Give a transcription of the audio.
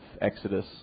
Exodus